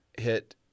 hit